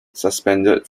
suspended